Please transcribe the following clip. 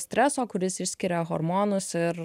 streso kuris išskiria hormonus ir